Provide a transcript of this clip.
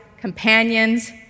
companions